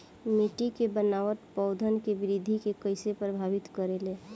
मिट्टी के बनावट पौधन के वृद्धि के कइसे प्रभावित करे ले?